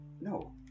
No